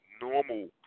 normal